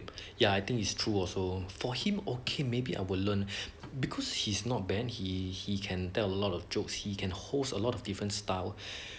ya I think is true also for him okay maybe I will learn because he's not bad he he can tell a lot of jokes he can host a lot of different style